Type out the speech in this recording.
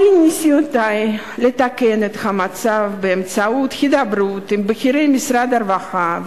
כל ניסיונותי לתקן את המצב באמצעות הידברות עם בכירי משרד הרווחה,